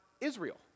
Israel